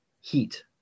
heat